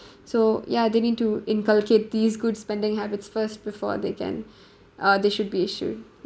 so ya they need to inculcate these good spending habits first before they can uh they should be issued